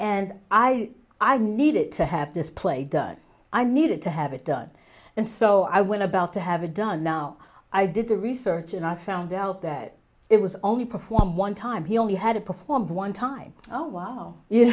and i i've needed to have this play done i needed to have it done and so i went about to have it done now i did the research and i found out that it was only perform one time he only had to perform one time oh wow y